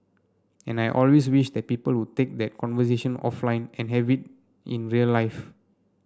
and I always wish that people would take that conversation offline and have it in real life